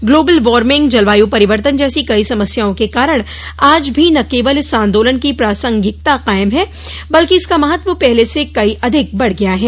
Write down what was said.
global warming जलवाय परिवर्तन जैसी कई समस्याओं के कारण आज भी न केवल इस आंदोलन की प्रासंगिकता कायम है बेल्कि इसका महत्व पहले से कई अधिक बढ़ गया है